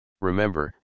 Remember